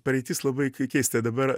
praeitis labai keista dabar